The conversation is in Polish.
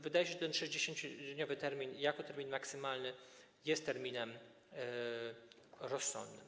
Wydaje się, że ten 60-dniowy termin jako termin maksymalny jest terminem rozsądnym.